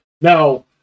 Now